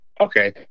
Okay